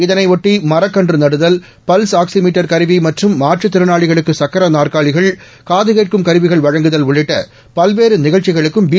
இதையொட்டி மரக்கன்று நடுதல் பல்ஸ் ஆக்ஸிமீட்டர் கருவி மற்றும் மாற்றுத் திறனாளிகளுக்கு சக்கர நாற்காலிகள் காதுகேட்கும் கருவிகள் வழங்குதல் உள்ளிட்ட பல்வேறு நிகழ்ச்சிகளுக்கும் பி